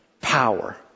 power